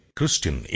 Christian